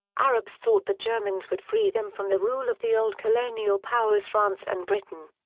arabs thought the germans would free them from the rule of the old colonial powers france and britain.